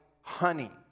honey